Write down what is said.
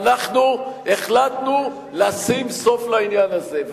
ואנחנו החלטנו לשים סוף לעניין הזה.